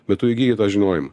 bet tu įgyji tą žinojimą